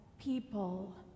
people